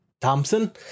Thompson